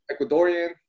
Ecuadorian